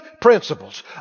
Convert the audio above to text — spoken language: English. principles